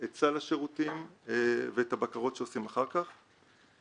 את סל השירותים ואת הבקרות שעושים אחר כך.